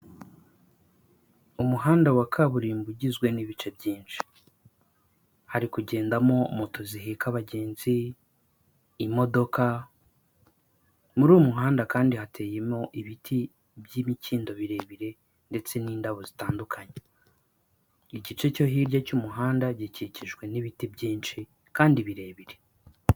Umuhanda wa kaburimbo ugizwe n'ibice byinshi, hari kugendamo moto ziheka abagenzi, imodoka, muri uwo muhanda kandi hateyemo ibiti by'imikindo birebire, ndetse n'indabo zitandukanye, igice cyo hirya cy'umuhanda gikikijwe n'ibiti byinshi, kandi birebire.